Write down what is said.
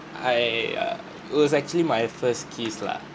I uh it was actually my first kiss lah